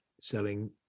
selling